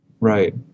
Right